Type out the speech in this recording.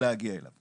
להגיע אליו.